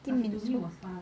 fifteen minutes